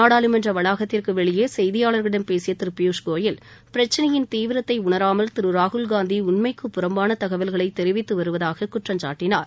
நாடாளுமன்ற வளாகத்திற்கு வெளியே செய்தியாளர்களிடம் பேசிய திரு பியூஷ் கோயல் பிரச்சனையின் தீவிரத்தை உணராமல் திரு ராகுல்காந்தி உண்மைக்கு புறம்பான தகவல்களை தெரிவித்து வருவதாக குற்றம் சாட்டனார்